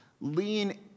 Lean